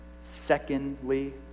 secondly